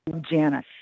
Janice